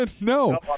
No